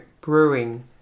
brewing